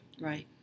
right